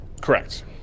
Correct